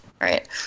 Right